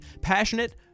passionate